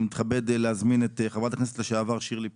אני מתכבד להזמין את חברת הכנסת לשעבר שירלי פינטו,